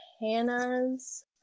hannah's